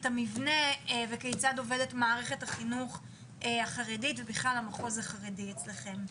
את המבנה וכיצד עובדת מערכת החינוך החרדית ובכלל המחוז החרדי אצלכם.